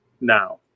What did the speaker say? now